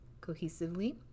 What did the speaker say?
cohesively